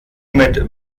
mit